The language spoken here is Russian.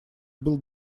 был